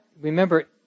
remember